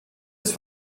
ist